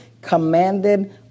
commanded